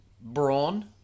Brawn